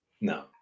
No